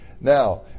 Now